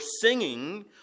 singing